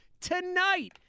Tonight